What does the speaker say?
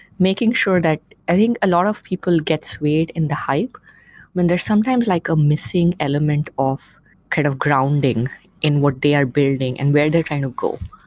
making sure that i think a lot of people gets weighed in the hype when there's sometimes like a missing element of kind of grounding in what they are building and where they're trying to go.